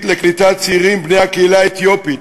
לקליטת צעירים בני הקהילה האתיופית,